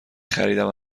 خریدم